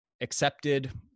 accepted